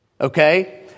Okay